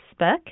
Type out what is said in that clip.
Facebook